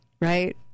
right